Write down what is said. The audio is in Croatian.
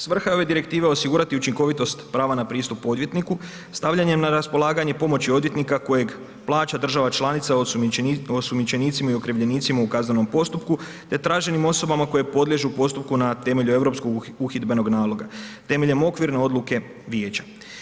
Svrha je ove direktive osigurati učinkovitost prava na pristup odvjetniku, stavljanje na raspolaganje pomoći odvjetnika kojeg plaća država članica osumnjičenicima i okrivljenicima u kaznenom postupku te traženim osobama koje podliježu postupku na temelju europskog uhidbenog naloga temeljem okvirne odluke vijeća.